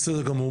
בסדר גמור.